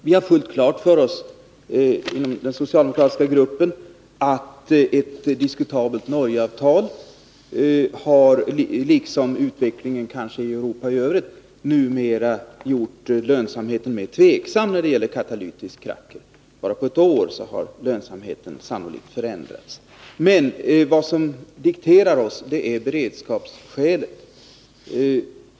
Vi har fullt klart för oss i den socialdemokratiska gruppen att ett diskutabelt Norgeavtal, liksom kanske utvecklingen i Europa i övrigt, numera har gjort lönsamheten mera tvivelaktig när det gäller katalytisk kracker. Bara på ett år har lönsamheten sannolikt förändrats. Men vad som dikterar vårt ställningstagande är beredskapsskälet.